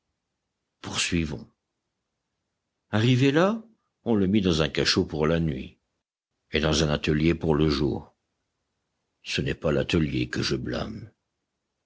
poursuivons arrivé là on le mit dans un cachot pour la nuit et dans un atelier pour le jour ce n'est pas l'atelier que je blâme